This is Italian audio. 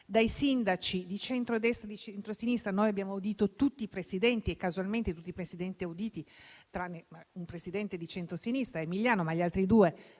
dai sindaci di centrodestra e di centrosinistra. Noi abbiamo audito tutti i Presidenti e casualmente, tranne un Presidente di centrosinistra (Emiliano), gli altri due